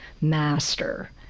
master